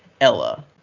Ella